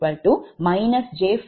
1 j4